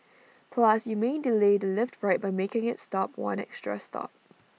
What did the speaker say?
plus you may delay the lift ride by making IT stop one extra stop